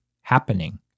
happening